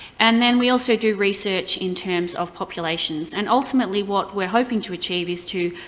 and then we also do research in terms of populations. and ultimately what we're hoping to achieve is to,